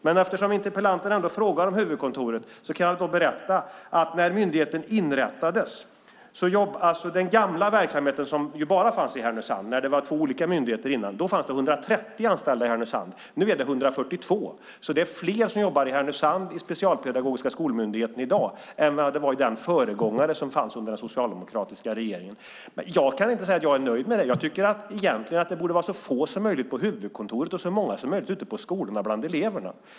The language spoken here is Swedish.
Men eftersom interpellanten ändå frågar om huvudkontoret kan jag berätta att det under den gamla verksamheten som bara fanns i Härnösand, när det var två olika myndigheter, fanns 130 anställda i Härnösand. Nu är det 142. Det är fler som jobbar i Härnösand i Specialpedagogiska skolmyndigheten i dag än det var under den föregångare som fanns under den socialdemokratiska regeringen. Jag kan inte säga att jag är nöjd med det. Jag tycker egentligen att det borde vara så få som möjligt på huvudkontoret och så många som möjligt ute på skolorna bland eleverna.